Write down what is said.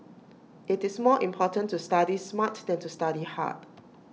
IT is more important to study smart than to study hard